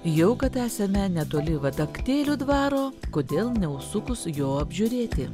jau kad esame netoli vadaktėlių dvaro kodėl neužsukus jo apžiūrėti